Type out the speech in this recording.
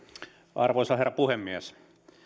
arvoisa herra puhemies